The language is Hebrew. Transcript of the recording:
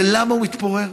ולמה הוא מתפורר?